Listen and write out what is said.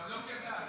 גם לא כדאי.